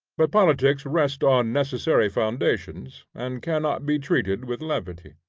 but politics rest on necessary foundations, and cannot be treated with levity.